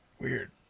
Weird